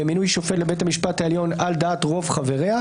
למינוי שופט לבית המשפט העליון על דעת רוב חבריה,